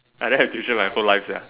I don't have tuition in my whole life Sia